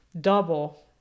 double